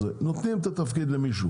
נותנים את התפקיד למישהו